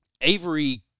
Avery